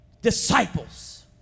Disciples